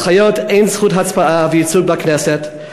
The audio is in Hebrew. לחיות אין זכות הצבעה וייצוג בכנסת,